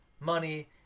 money